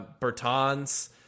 Bertans